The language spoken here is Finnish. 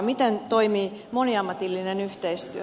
miten toimii moniammatillinen yhteistyö